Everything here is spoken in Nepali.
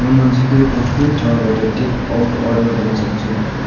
म नजिकैको कुन ठाउँबाट टेकआउट अर्डर गर्न सक्छु